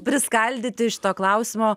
priskaldyti iš šito klausimo